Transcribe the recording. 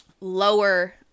lower